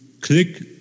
click